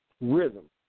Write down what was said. Rhythm